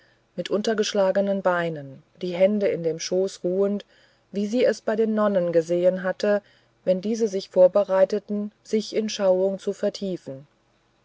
mit untergeschlagenen beinen die hände in dem schoße ruhend wie sie es bei den nonnen gesehen hatte wenn diese sich vorbereiteten sich in schauung zu vertiefen